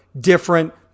different